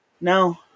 No